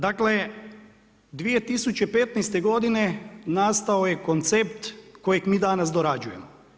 Dakle, 2015. godine nastao je koncept kojeg mi danas dorađujemo.